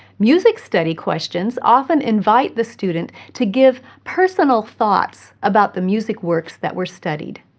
music study questions often invite the student to give personal thoughts about the music works that were studied.